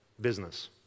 business